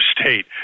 state